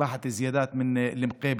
משפחת זיאדאת ממוקייבלה.